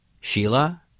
Sheila